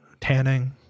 tanning